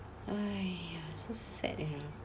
!aiya! so sad you know